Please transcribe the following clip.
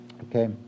Okay